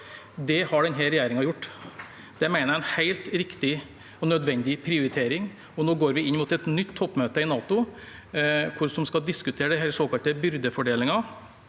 Det har denne regjeringen gjort. Det mener jeg er en helt riktig og nødvendig prioritering. Nå går vi mot et nytt toppmøte i NATO, hvor man skal diskutere den såkalte byrdefordelingen.